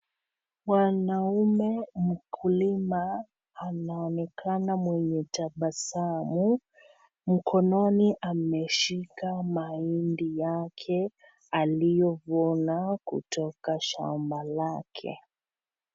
Mwanaume mkulima anaonekana mwenye tabasamu. Mkononi ameshika mahindi yake aliyovuna kutoka shamba lake.